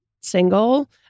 single